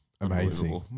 amazing